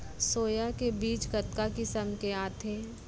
Soya के बीज कतका किसम के आथे?